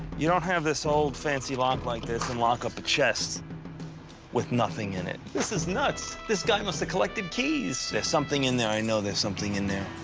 you don't have this old, fancy lock like this and lock up a chest with nothing in it. this is nuts! this guy must have collected keys. there's something in there, i know there's something in there.